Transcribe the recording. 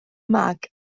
mag